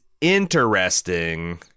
interesting